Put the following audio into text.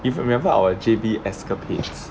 if you remember our J_B escapades